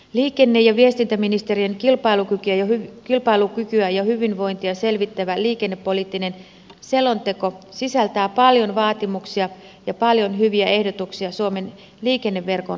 liikenne ja viestintäministeriön kilpailukykyä ja hyvinvointia selvittävä liikennepoliittinen selonteko sisältää paljon vaatimuksia ja paljon hyviä ehdotuksia suomen liikenneverkon kehittämiseksi